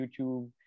YouTube